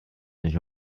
nicht